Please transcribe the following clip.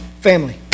family